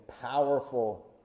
powerful